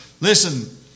Listen